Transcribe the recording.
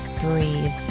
breathe